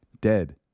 Dead